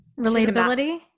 Relatability